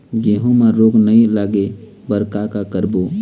गेहूं म रोग नई लागे बर का का करबो?